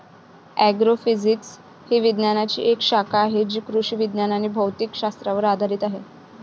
agrophysics ही विज्ञानाची एक शाखा आहे जी कृषी विज्ञान आणि भौतिक शास्त्रावर आधारित आहे